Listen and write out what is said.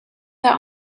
their